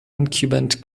incumbent